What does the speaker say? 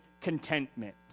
contentment